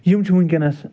یِم چھِ وٕنۍکٮ۪نَس